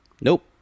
Nope